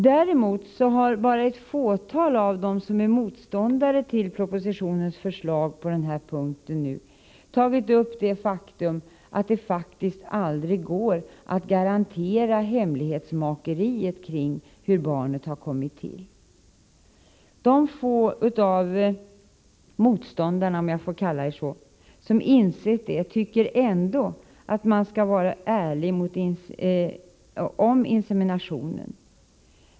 Däremot har bara ett fåtal av dem som är motståndare till propositionens förslag på den här punkten tagit upp det faktum att det faktiskt aldrig går att garantera hemlighetsmakeriet kring hur barnet har kommit till. De få av motståndarna, om jag får kalla dem så, som insett det tycker att man skall vara ärlig om inseminationen.